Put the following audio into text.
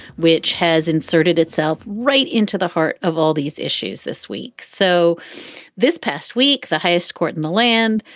which has inserted itself right into the heart of all these issues this week. so this past week, the highest court in the land,